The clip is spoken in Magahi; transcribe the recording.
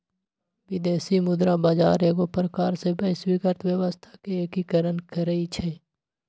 विदेशी मुद्रा बजार एगो प्रकार से वैश्विक अर्थव्यवस्था के एकीकरण करइ छै